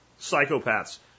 psychopaths